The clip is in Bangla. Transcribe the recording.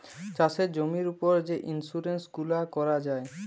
চাষের জমির উপর যে ইলসুরেলস গুলা ক্যরা যায়